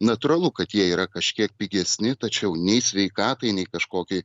natūralu kad jie yra kažkiek pigesni tačiau nei sveikatai nei kažkokiai